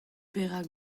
perak